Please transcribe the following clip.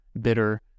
bitter